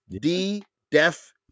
D-Def